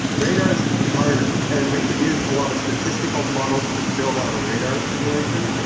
radar is harder and and we can use a lot of statistical models to build out a radar simulation,